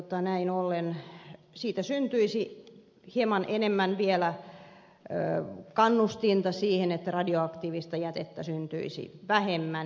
näin ollen siitä syntyisi hieman enemmän vielä kannustinta siihen että radioaktiivisista jätettä syntyisi vähemmän